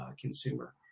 consumer